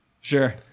Sure